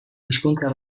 hizkuntza